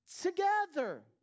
Together